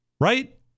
right